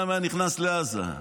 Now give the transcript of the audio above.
גם היה נכנס לעזה.